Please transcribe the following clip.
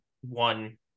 one